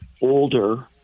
older